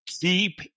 keep